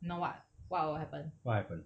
know what what will happen